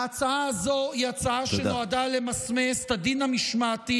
ההצעה הזאת היא הצעה שנועדה למסמס את הדין המשמעתי